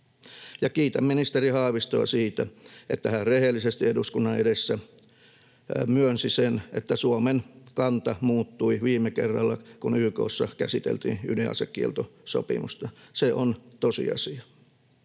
Kiitän ministeri Haavistoa siitä, että hän rehellisesti eduskunnan edessä myönsi sen, että Suomen kanta muuttui viime kerralla, kun YK:ssa käsiteltiin ydinasekieltosopimusta. Se on tosiasia,